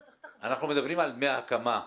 אנחנו מדברים על דמי הקמה.